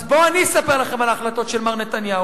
אז בואו אני אספר לכם על ההחלטות של מר נתניהו.